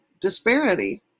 disparity